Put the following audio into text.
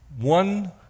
One